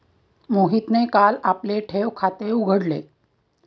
मोहितने काल आपले ठेव खाते उघडले